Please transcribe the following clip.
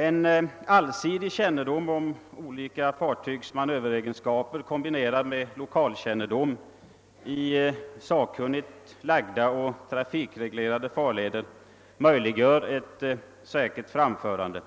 En allsidig kännedom om olika fartygs manöveregenskaper kombinerad med lokalkännedom i sakkunnigt lagda och trafikreglerade farleder möjliggör ett säkert framförande.